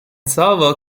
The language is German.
server